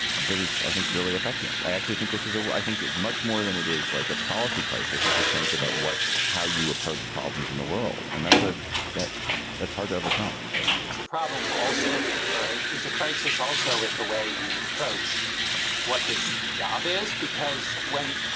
that is, i think, really affecting us. i actually think this is a i think much more than it is like a policy crisis. it's a sense about what how you approach problems in the world. and that's a that that's hard to overcome it's a problem also or it's a crisis. also, with the way you approach what this job is, because when.